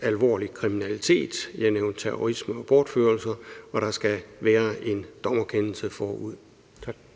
alvorlig kriminalitet, jeg nævnte terrorisme og bortførelser, og at der skal være en dommerkendelse forud.